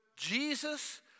Jesus